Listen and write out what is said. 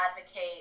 advocate